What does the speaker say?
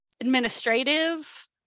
administrative